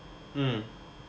mm